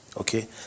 Okay